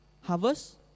harvest